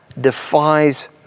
defies